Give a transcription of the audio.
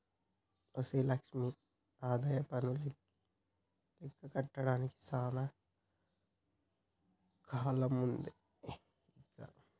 OC Lakshmi ఆదాయపన్ను లెక్క కట్టడానికి సానా కాలముందే ఇంక